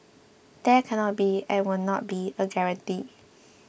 there cannot be and will not be a guarantee